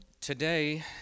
today